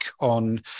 on